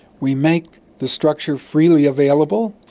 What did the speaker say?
we make the structure freely available.